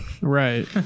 Right